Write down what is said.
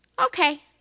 Okay